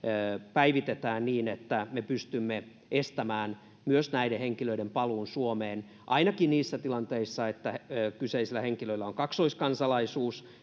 päivitetään niin että me pystymme estämään myös näiden henkilöiden paluun suomeen ainakin niissä tilanteissa että kyseisillä henkilöillä on kaksoiskansalaisuus